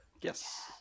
yes